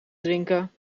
drinken